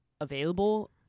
available